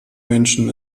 menschen